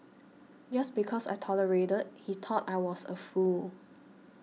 just because I tolerated he thought I was a fool